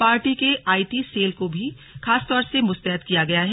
party के IT cell को भी खासतौर से मुस्तैद किया गया है